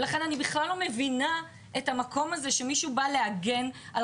לכן אני בכלל לא מבינה את המקום הזה שמישהו בא להגן על